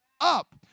up